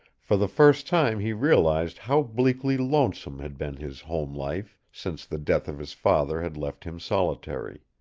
for the first time he realized how bleakly lonesome had been his home life, since the death of his father had left him solitary.